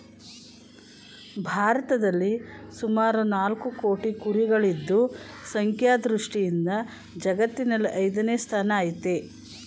ಭಾರತದಲ್ಲಿ ಸುಮಾರು ನಾಲ್ಕು ಕೋಟಿ ಕುರಿಗಳಿದ್ದು ಸಂಖ್ಯಾ ದೃಷ್ಟಿಯಿಂದ ಜಗತ್ತಿನಲ್ಲಿ ಐದನೇ ಸ್ಥಾನ ಆಯ್ತೆ